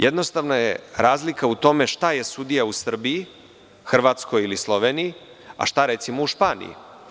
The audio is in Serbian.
Jednostavno je razlika u tome šta je sudija u Srbiji, Hrvatskoj ili Sloveniji, a šta recimo u Španiji.